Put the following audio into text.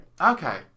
Okay